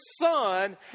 son